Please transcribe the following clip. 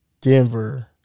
Denver